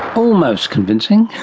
almost convincing.